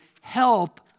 help